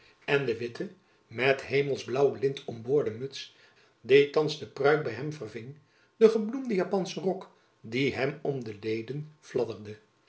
en de witte met hemelsblaauw lint omboorde muts die thands de paruik by hem verving de gebloemde japonsche rok die hem om de leden